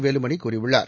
வேலுமணிகூறியுள்ளார்